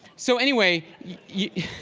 so anyway, you